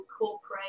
incorporate